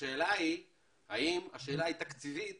השאלה היא אם השאלה היא תקציבית